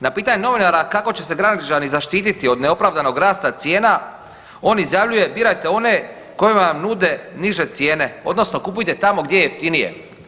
Na pitanje novinara kako će se građani zaštiti od neopravdanog rasta cijena on izjavljuje birajte one koji vam nude niže cijene odnosno kupujte tamo gdje je jeftinije.